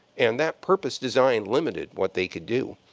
and that purpose design limited what they could do.